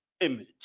Image